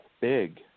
big